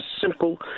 simple